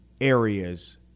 areas